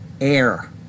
air